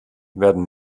werden